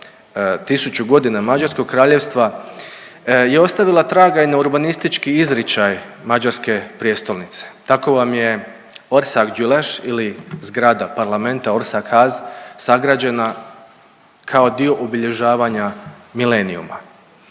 tisuću godina mađarskog kraljevstva je ostavila traga i na urbanistički izričaj mađarske prijestolnice. Tako vam je Orszaggyulesi ili zgrada Parlamenta Orszahaz sagrađena kao dio obilježavanja milenijuma.